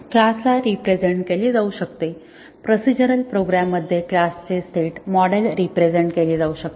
class ला represent केले जाऊ शकते प्रोसिजरल प्रोग्रॅम मध्ये क्लास चे स्टेट मॉडेल रिप्रेझेन्ट केले जाऊ शकते